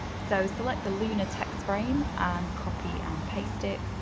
so select the lunar text frame and copy and paste it.